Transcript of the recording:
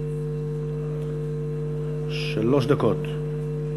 שלוש דקות.